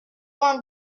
vingt